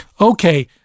Okay